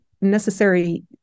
necessary